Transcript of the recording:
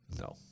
No